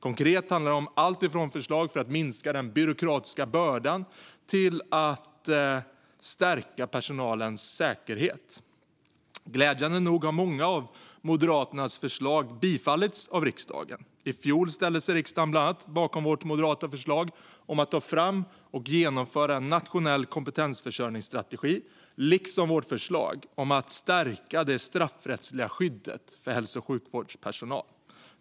Konkret handlar det om alltifrån förslag för att minska den byråkratiska bördan till att stärka personalens säkerhet. Glädjande nog har många av Moderaternas förslag också bifallits av riksdagen. I fjol ställde sig riksdagen bland annat bakom vårt moderata förslag om att ta fram och genomföra en nationell kompetensförsörjningsstrategi liksom vårt förslag om att stärka det straffrättsliga skyddet för hälso och sjukvårdspersonal.